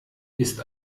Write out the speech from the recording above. ist